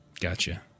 Gotcha